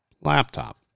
laptop